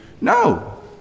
No